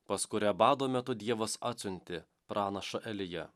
pas kurią bado metu dievas atsiuntė pranašą eliją